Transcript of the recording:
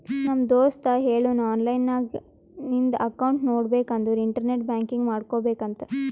ನಮ್ ದೋಸ್ತ ಹೇಳುನ್ ಆನ್ಲೈನ್ ನಾಗ್ ನಿಂದ್ ಅಕೌಂಟ್ ನೋಡ್ಬೇಕ ಅಂದುರ್ ಇಂಟರ್ನೆಟ್ ಬ್ಯಾಂಕಿಂಗ್ ಮಾಡ್ಕೋಬೇಕ ಅಂತ್